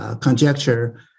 conjecture